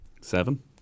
seven